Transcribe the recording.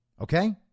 Okay